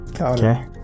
Okay